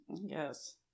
yes